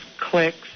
clicks